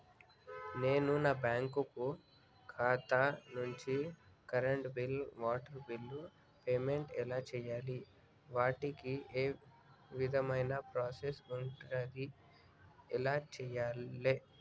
నేను నా బ్యాంకు ఖాతా నుంచి కరెంట్ బిల్లో వాటర్ బిల్లో పేమెంట్ ఎలా చేయాలి? వాటికి ఏ విధమైన ప్రాసెస్ ఉంటది? ఎలా చేయాలే?